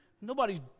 Nobody's